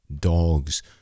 dogs